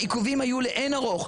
העיכובים היו לאין ערוך,